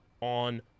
on